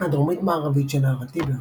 הדרומית-מערבית של נהר הטיבר.